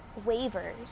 waivers